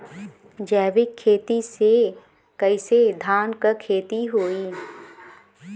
जैविक खेती से कईसे धान क खेती होई?